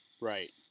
Right